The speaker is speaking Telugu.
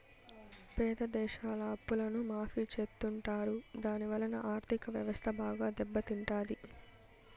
పేద దేశాల అప్పులను మాఫీ చెత్తుంటారు దాని వలన ఆర్ధిక వ్యవస్థ బాగా దెబ్బ తింటాది